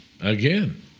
Again